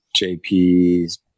JP's